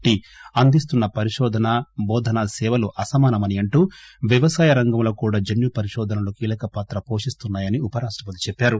D అందిస్తున్న పరిశోధనా బోధనా సేవలు అసమానమని అంటూ వ్యవసాయ రంగంలో కూడా జన్యు పరిశోధనలు కీలక పాత్ర పోషిస్తున్నా యని ఉపరాష్టపతి చెప్పారు